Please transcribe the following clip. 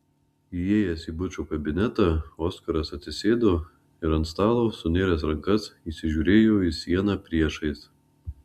įėjęs į bučo kabinetą oskaras atsisėdo ir ant stalo sunėręs rankas įsižiūrėjo į sieną priešais